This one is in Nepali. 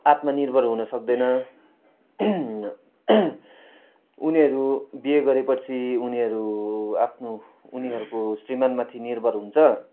आत्मानिर्भर हुन सक्दैन उनीहरू बिहे गरेपछि उनीहरू आफ्नो उनीहरूको श्रीमानमाथि निर्भर हुन्छ